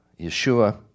Yeshua